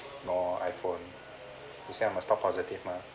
no iphone you say I must talk positive mah